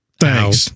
Thanks